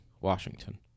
Washington